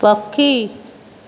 ପକ୍ଷୀ